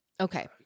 okay